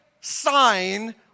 sign